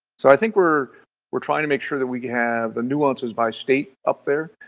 so, i think we're we're trying to make sure that we can have the nuances by state up there,